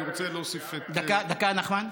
אני רוצה להוסיף את, דקה, נחמן.